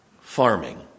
farming